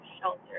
shelter